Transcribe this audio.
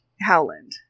Howland